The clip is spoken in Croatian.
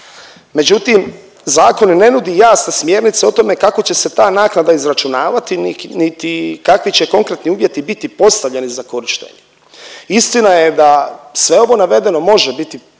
međutim zakon ne nudi jasne smjernice o tome kako će se ta naknada izračunavati niti kakvi će konkretni uvjeti biti postavljeni za korištenje. Istina je da sve ovo navedeno može biti